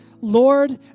Lord